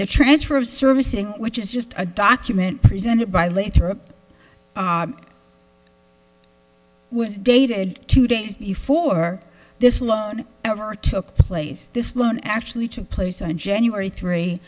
the transfer of servicing which is just a document presented by later was dated two days before this loan ever took place this loan actually took place in january three